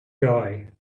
guy